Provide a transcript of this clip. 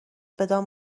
بدان